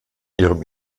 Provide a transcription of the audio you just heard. ihrem